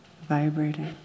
vibrating